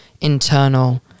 internal